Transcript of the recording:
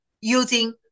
using